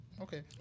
okay